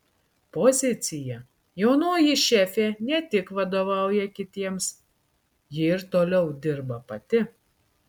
pozicija jaunoji šefė ne tik vadovauja kitiems ji ir toliau dirba pati